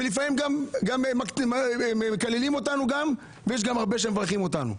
ולפעמים גם מקללים אותנו ויש גם הרבה שמברכים אותנו.